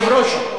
אדוני היושב-ראש,